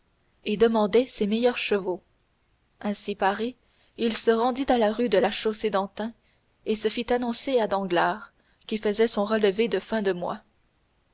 et demandait ses meilleurs chevaux ainsi paré il se rendit rue de la chaussée-d'antin et se fit annoncer à danglars qui faisait son relevé de fin de mois